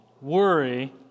worry